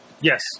Yes